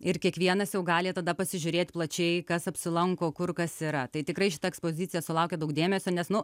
ir kiekvienas jau gali tada pasižiūrėt plačiai kas apsilanko kur kas yra tai tikrai šita ekspozicija sulaukė daug dėmesio nes nu